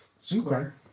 Square